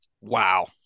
Wow